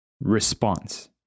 Response